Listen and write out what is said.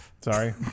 Sorry